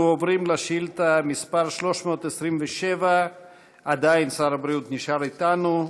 אנחנו עוברים לשאילתה מס' 327. עדיין שר הבריאות נשאר אתנו,